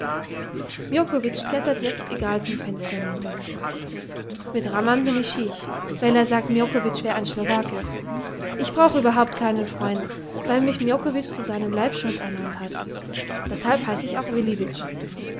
miokowitsch klettert jetzt egal zum fenster nunter mit rammern bin ich schiech weil er sagt miokowitsch wär ein schlowake ich brauch überhaupt keinen freund weil mich miokowitsch zu seinem leibschund ernannt hat deshalb heiß ich auch